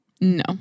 No